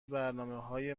برنامههای